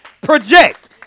project